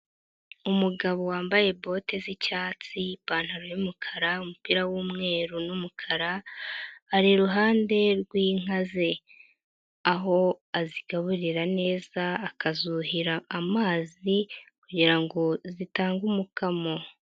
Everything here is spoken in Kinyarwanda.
Umugabo wambaye bote z'icyatsi, ipantaro y'umukara, umupira w'umweru n'umukara ari iruhande rw'inka ze, aho azigaburira neza akazuhira amazi kugira ngo zitange umukamo.